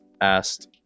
asked